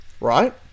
right